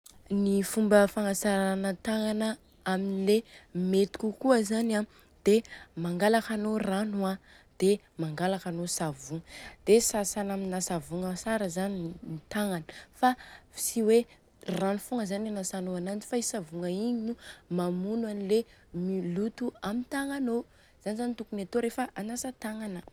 Ny fomba fagnatsara tagnana amle mety kokoa zany an dia mangalaka anô rano an dia mangalaka anô savogna, dia sasana amina savogna tsara zany i tagnana fa tsy hoe rano fogna zany anasanô ananjy fa i savogna igny no mamono anle mi loto amin'ny tagnanô.